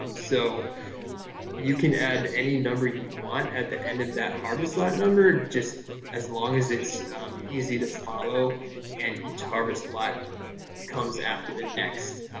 um so you can add any number you want at the end of that harvest lot number just as long as it's easy to follow and each harvest lot comes after the next.